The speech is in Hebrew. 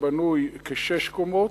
בנויות כשש קומות,